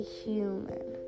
human